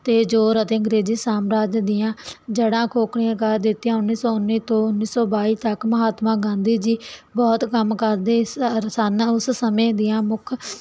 ਤੇ ਜੋਰ ਅਤੇ ਅੰਗਰੇਜ਼ੀ ਸਾਮਰਾਜ ਦੀਆਂ ਜੜਾਂ ਖੋਖਲੀਆਆਂ ਕਰ ਦਿੱਤੀਆਂ ਉਨੀ ਸੋ ਉਨੀ ਤੋਂ ਉਨੀ ਸੋ ਬਾਈ ਤੱਕ ਮਹਾਤਮਾ ਗਾਂਧੀ ਜੀ ਬਹੁਤ ਕੰਮ ਕਰਦੇ ਸਨ ਉਸ ਸਮੇਂ ਦੀਆਂ ਮੁੱਖ